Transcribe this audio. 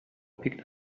picked